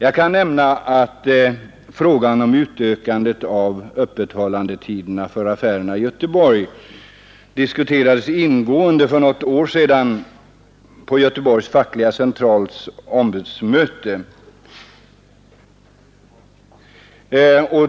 Jag kan nämna att frågan om utökande av öppethållandetiderna för affärerna i Göteborg diskuterades ingående för något år sedan på Göteborgs Fackliga centrals ombudsmöte.